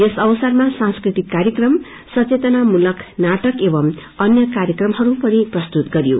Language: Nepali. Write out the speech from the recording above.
यस अवसरमा सांस्कृतिक कार्यक्रम सचेतनामूलक नाटक एवं अन्य कार्यक्रमहरूअ पनि प्रस्तुत गरियो